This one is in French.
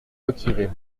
retirer